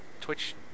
Twitch